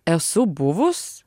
esu buvus